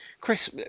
Chris